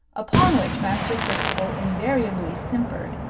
upon which master percival invariably simpered,